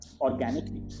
organically